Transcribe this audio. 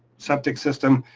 septic system.